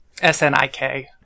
S-N-I-K